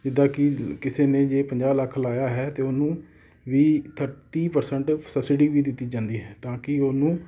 ਜਿੱਦਾਂ ਕਿ ਕਿਸੇ ਨੇ ਜੇ ਪੰਜਾਹ ਲੱਖ ਲਾਇਆ ਹੈ ਤਾਂ ਉਹਨੂੰ ਵੀਹ ਤੀਹ ਪਰਸੈਂਟ ਸਬਸਿਡੀ ਵੀ ਦਿੱਤੀ ਜਾਂਦੀ ਹੈ ਤਾਂ ਕਿ ਉਹਨੂੰ